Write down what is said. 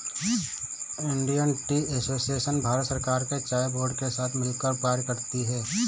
Indian tea association Bharat सरकार के चाय बोर्ड के साथ मिलकर कार्य करती है